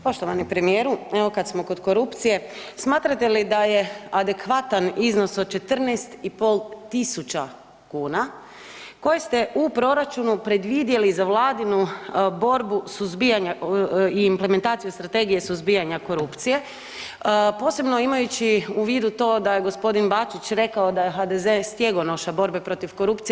Poštovani premijeru, evo kad smo kod korupcije, smatrate li da je adekvatan iznos od 14,5 tisuća kuna koje ste u proračunu predvidjeli za Vladinu borbu suzbijanja i implementacije strategije suzbijanja korupcije, posebno imajući u vidu to da je g. Bačić rekao da je HDZ stjegonoša borbe protiv korupcije.